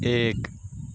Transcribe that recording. ایک